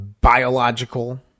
biological